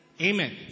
Amen